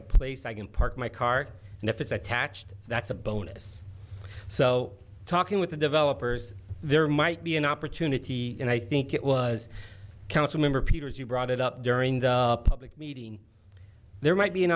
a place i can park my car and if it's attached that's a bonus so talking with the developers there might be an opportunity and i think it was council member peters you brought it up during the public meeting there might be an